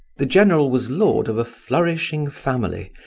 the general was lord of a flourishing family,